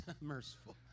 Merciful